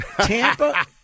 Tampa